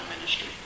ministry